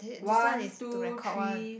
this one is to record one